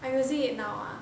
I using it now ah